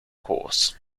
course